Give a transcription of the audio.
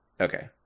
Okay